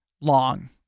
long